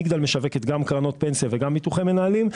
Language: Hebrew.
מגדל משווקת גם קרנות פנסיה וגם ביטוחי מנהלים.